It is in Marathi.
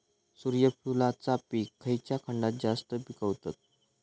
सूर्यफूलाचा पीक खयच्या खंडात जास्त पिकवतत?